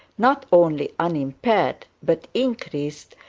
not only unimpaired, but increased,